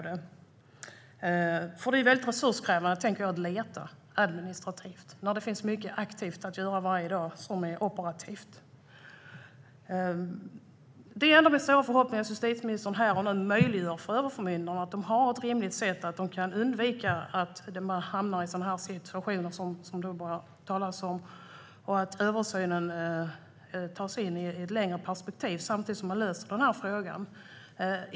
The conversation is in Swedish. Det är administrativt resurskrävande att leta, och det finns mycket operativt som behöver göras varje dag. Det är ändå min stora förhoppning att justitieministern här och nu gör det möjligt för överförmyndarna att på ett rimligt sätt undvika att hamna i sådana situationer och att det sker en översyn som ser framåt i ett längre perspektiv.